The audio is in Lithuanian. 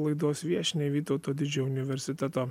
laidos viešniai vytauto didžiojo universiteto